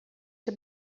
się